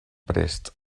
prest